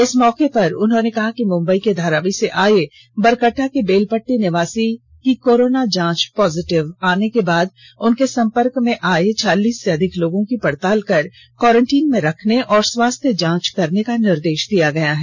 इस मौके पर उन्होंने कहा कि मुम्बई के धरावी से आये बरकटठा के बेलपटटी निवासी की कोरोना जांच पॉजिटिव आने के बाद उनके संपर्क में आये चालीस से अधिक लोगों की पडताल कर क्वारेंटीन में रखने और स्वास्थ्य जांच करने का निर्देष दिया गया है